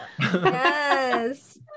yes